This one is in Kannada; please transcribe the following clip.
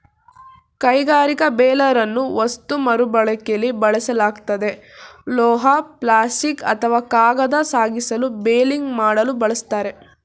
ಕೈಗಾರಿಕಾ ಬೇಲರನ್ನು ವಸ್ತು ಮರುಬಳಕೆಲಿ ಬಳಸಲಾಗ್ತದೆ ಲೋಹ ಪ್ಲಾಸ್ಟಿಕ್ ಅಥವಾ ಕಾಗದ ಸಾಗಿಸಲು ಬೇಲಿಂಗ್ ಮಾಡಲು ಬಳಸ್ತಾರೆ